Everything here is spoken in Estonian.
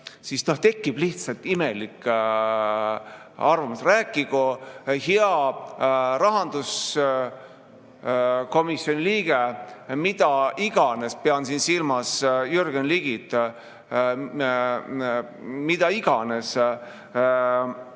siis tekib lihtsalt imelik arvamus. Rääkigu hea rahanduskomisjoni liige – pean siin silmas Jürgen Ligit – mida iganes